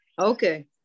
Okay